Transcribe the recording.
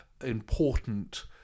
important